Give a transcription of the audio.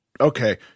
Okay